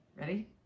Ready